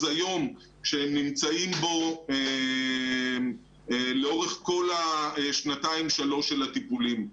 היום שהם נמצאים בו לאורך כל השנתיים-שלוש של הטיפולים.